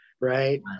right